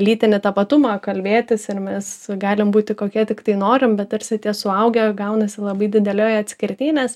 lytinį tapatumą kalbėtis ir mes galim būti kokie tiktai norim bet tarsi tie suaugę gaunasi labai didelioj atskirty nes